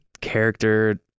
character